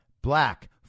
black